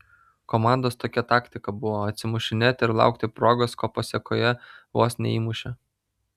komandos tokia taktika buvo atsimušinėti ir laukti progos ko pasėkoje vos neįmušė